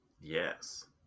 Yes